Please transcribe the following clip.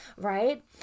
Right